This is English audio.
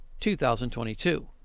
2022